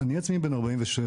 אני עצמי בן 47,